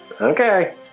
okay